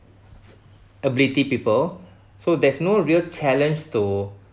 ability people so there's no real challenge to